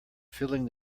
filling